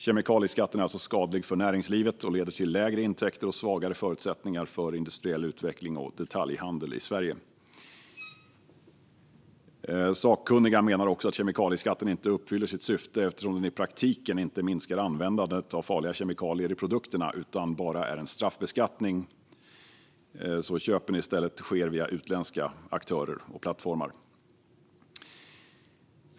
Kemikalieskatten är alltså skadlig för näringslivet och leder till lägre intäkter och svagare förutsättningar för industriell utveckling och detaljhandel i Sverige. Sakkunniga menar också att kemikalieskatten inte uppfyller sitt syfte eftersom den i praktiken inte minskar användandet av farliga kemikalier i produkterna utan bara är en straffbeskattning, varpå köpen i stället sker via utländska aktörer och plattformar.